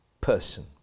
person